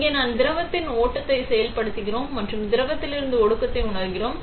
இங்கே நாம் திரவத்தின் ஓட்டத்தை செயல்படுத்துகிறோம் மற்றும் திரவத்திலிருந்து ஒடுக்கத்தை உணர்கிறோம்